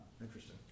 Interesting